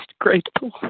grateful